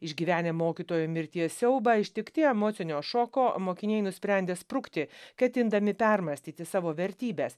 išgyvenę mokytojo mirties siaubą ištikti emocinio šoko mokiniai nusprendė sprukti ketindami permąstyti savo vertybes